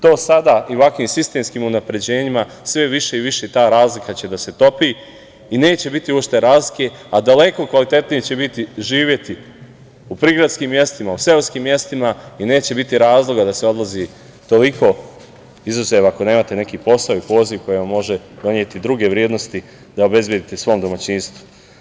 To sada i ovakvim sistemskim unapređenjima sve više i više ta razlika će da se topi i neće biti uopšte razlike, a daleko kvalitetnije će biti živeti u prigradskim mestima, u seoskim mestima i neće biti razloga da se odlazi, izuzev ako nemate neki posao i poziv koji vam može doneti druge vrednosti da obezbedite svom domaćinstvu.